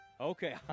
Okay